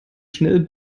schnell